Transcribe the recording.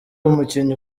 umukinnyi